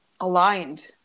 aligned